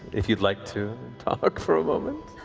if you'd like to talk for a moment.